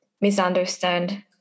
misunderstand